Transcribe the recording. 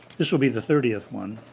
this will be the thirtieth one.